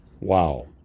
Wow